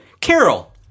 Carol